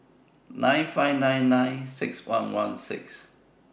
nine five nine nine six one one six